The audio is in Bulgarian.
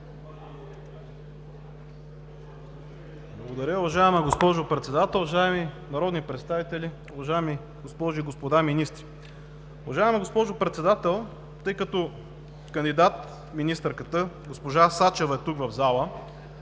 Благодаря. Уважаема госпожо Председател, уважаеми народни представители, уважаеми госпожи и господа министри! Уважаема госпожо Председател, тъй като кандидат министърката, госпожа Сачева, е тук в залата,